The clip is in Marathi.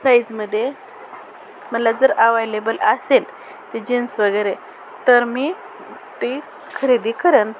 साईजमध्ये मला जर अवायलेबल असेल ते जीन्स वगैरे तर मी ती खरेदी करेन